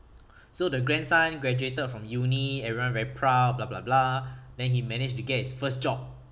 so the grandson graduated from uni everyone very proud blah blah blah then he managed to get his first job